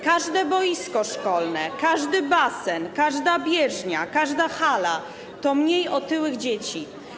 Każde boisko szkolne, każdy basen, każda bieżnia, każda hala to mniej otyłych dzieci.